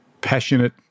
passionate